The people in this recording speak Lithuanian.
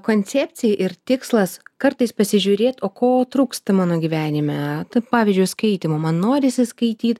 koncepcija ir tikslas kartais pasižiūrėt o ko trūksta mano gyvenime pavyzdžiui skaitymo man norisi skaityt